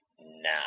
now